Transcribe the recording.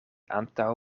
antaŭ